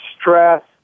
stress